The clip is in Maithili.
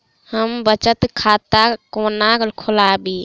हम बचत खाता कोना खोलाबी?